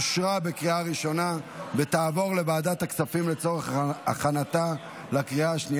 לוועדת הכספים נתקבלה.